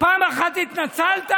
פעם אחת התנצלת?